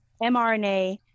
mRNA